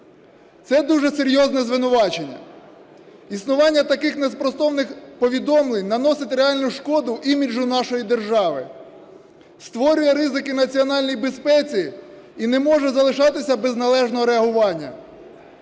Це дуже серйозне звинувачення. Існування таких неспростовних повідомлень наносить реальну шкоду іміджу нашої держави, створює ризики національній безпеці і не може залишатися без належного реагування.